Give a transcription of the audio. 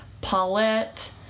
Paulette